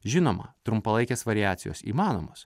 žinoma trumpalaikės variacijos įmanomos